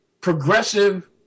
progressive